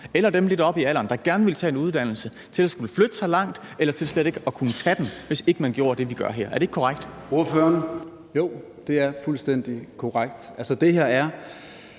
eller dem lidt oppe i alderen, der gerne ville tage en uddannelse, til at skulle flytte sig eller til slet ikke at kunne tage den, altså hvis man ikke gjorde det, vi gør her? Er det ikke korrekt? Kl. 13:17 Formanden (Søren Gade): Ordføreren.